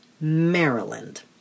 Maryland